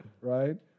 right